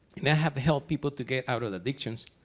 and i have helped people to get out of addictions